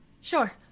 Sure